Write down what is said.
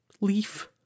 leaf